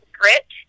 grit